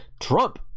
Trump